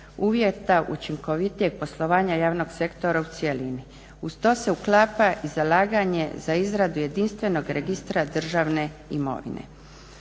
uvjeta učinkovitijeg poslovanja javnog sektora u cjelini. Uz to se uklapa i zalaganje za izradu jedinstvenog registra državne imovine.